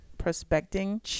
prospecting